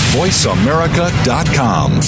voiceamerica.com